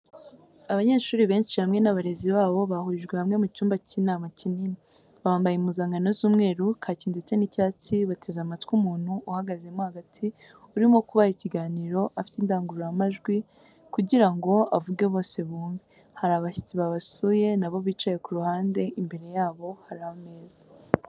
Abanyeshuri benshi hamwe n'abarezi babo bahurijwe hamwe mu cyumba cy'inama kinini, bambaye impuzankano z'umweru, kaki ndetse n'icyatsi bateze amatwi umuntu uhagazemo hagati urimo kubaha ikiganiro afite indangururamajwi kugira ngo avuge bose bumve, hari abashyitsi babasuye na bo bicaye ku ruhande imbere yabo hari ameza.